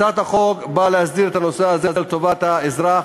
הצעת החוק באה להסדיר את הנושא הזה לטובת האזרח,